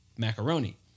macaroni